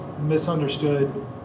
misunderstood